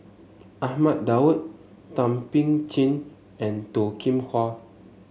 Ahmad Daud Thum Ping Tjin and Toh Kim Hwa